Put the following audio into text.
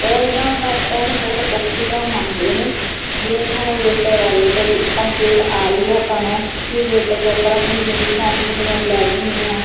ਉਹ ਇਹਨਾਂ ਦਾ ਇਹਨੂੰ ਬਹੁਤ ਔਖੀ ਤਰ੍ਹਾਂ ਮੰਨਦੇ ਨੇ ਜਿਵੇਂ ਕਿ ਹੁਣ ਵੇਟਰ ਆ ਵੇਟਰ ਇੱਕ ਕੰਪਲੇਂਟ ਆ ਰਹੀ ਆ ਆਪਾਂ ਨੂੰ ਵੀ ਵੇਟਰ ਪ੍ਰੋਪਰ ਆਪਣੀ ਯੂਨੀਫਾਰਮ 'ਚ ਨਹੀ ਆ ਗਲੱਬਜ਼ ਨਹੀਂ ਆ